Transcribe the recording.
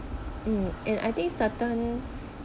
mm and I think certain